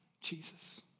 Jesus